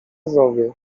zowie